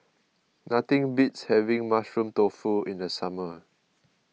nothing beats having Mushroom Tofu in the summer